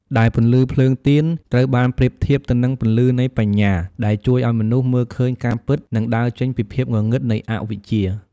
ដែលពន្លឺភ្លើងទៀន ត្រូវបានប្រៀបធៀបទៅនឹង ពន្លឺនៃបញ្ញា ដែលជួយឲ្យមនុស្សមើលឃើញការពិត និងដើរចេញពីភាពងងឹតនៃអវិជ្ជា។